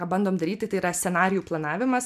ką bandom daryti tai yra scenarijų planavimas